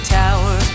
tower